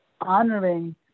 honoring